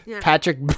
Patrick